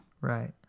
Right